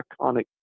iconic